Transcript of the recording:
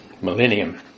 millennium